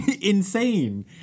insane